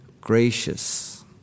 gracious